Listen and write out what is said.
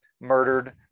murdered